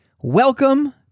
welcome